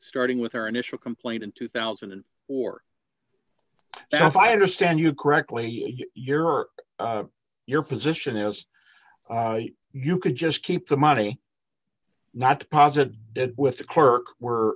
starting with our initial complaint in two thousand and four now if i understand you correctly your your position as you could just keep the money not deposit with the clerk were